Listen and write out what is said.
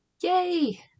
yay